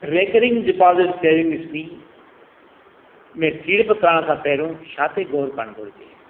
recurring deposits savings में सीड़प करण खां पहिरियों छा ते ग़ौरु करणु घुरिजे